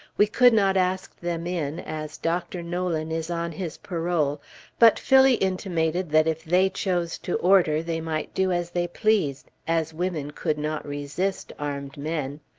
we could not ask them in, as dr. nolan is on his parole but phillie intimated that if they chose to order, they might do as they pleased, as women could not resist armed men!